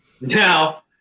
Now